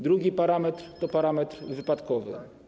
Drugi parametr to parametr wypadkowy.